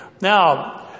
Now